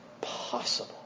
possible